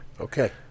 okay